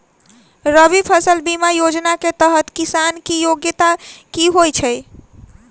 रबी फसल बीमा योजना केँ तहत किसान की योग्यता की होइ छै?